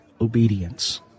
obedience